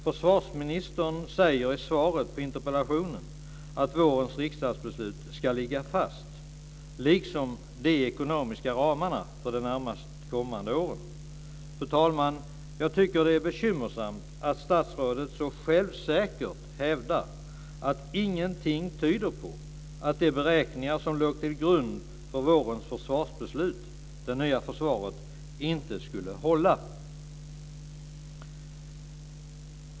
Försvarsministern säger i svaret på interpellationen att vårens riksdagsbeslut, liksom de ekonomiska ramarna för de närmast kommande åren, ska ligga fast. Fru talman! Jag tycker att det är bekymmersamt att statsrådet så självsäkert hävar att ingenting tyder på att de beräkningar som låg till grund för vårens försvarsbeslut, Det nya försvaret, inte skulle hålla.